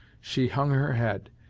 she hung her head,